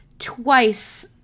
twice